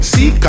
See